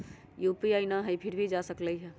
UPI न हई फिर भी जा सकलई ह?